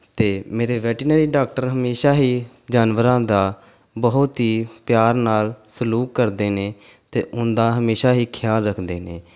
ਅਤੇ ਮੇਰੇ veterinary doctor ਹਮੇਸ਼ਾ ਹੀ ਜਾਨਵਰਾਂ ਦਾ ਬਹੁਤ ਹੀ ਪਿਆਰ ਨਾਲ ਸਲੂਕ ਕਰਦੇ ਨੇ ਅਤੇ ਉਹਨਾਂ ਦਾ ਹਮੇਸ਼ਾ ਹੀ ਖਿਆਲ ਰੱਖਦੇ ਨੇ